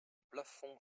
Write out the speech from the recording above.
plafond